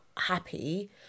happy